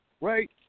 right